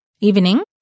evening